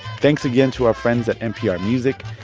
thanks again to our friends at npr music.